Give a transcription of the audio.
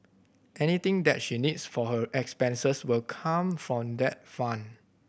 anything that she needs for her expenses will come from that fund